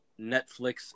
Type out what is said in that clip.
Netflix